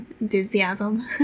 enthusiasm